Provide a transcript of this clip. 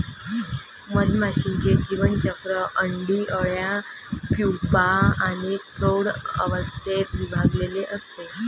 मधमाशीचे जीवनचक्र अंडी, अळ्या, प्यूपा आणि प्रौढ अवस्थेत विभागलेले असते